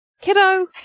kiddo